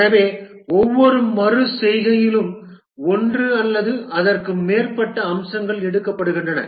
எனவே ஒவ்வொரு மறு செய்கையிலும் ஒன்று அல்லது அதற்கு மேற்பட்ட அம்சங்கள் எடுக்கப்படுகின்றன